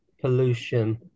pollution